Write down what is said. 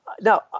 Now